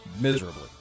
miserably